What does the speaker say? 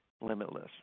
limitless